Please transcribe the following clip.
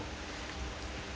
eh enemy